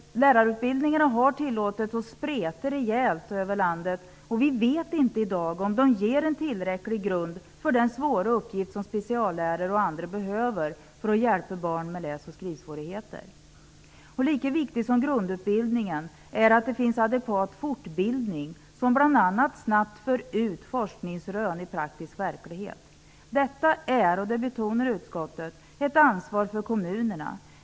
Lärarutbildningarna har tillåtits att spreta rejält över landet, och vi vet inte i dag om de ger en tillräcklig grund för den svåra uppgift som speciallärare och andra har att hjälpa barn med läs och skrivsvårigheter. Lika viktigt som det är med grundutbildning är att det finns adekvat fortbildning som bl.a. snabbt för ut forskningsrön i praktisk verklighet. Detta är, och det betonar utskottet, ett ansvar för kommunerna.